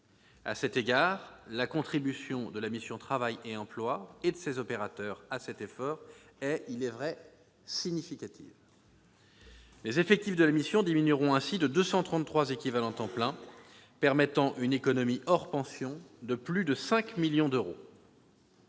À cet égard, la contribution de la mission « Travail et emploi » et de ses opérateurs à cet effort est, il est vrai, significative. Les effectifs de la mission diminueront ainsi de 233 équivalents temps plein, permettant une économie, hors pensions, de plus de 5 millions d'euros.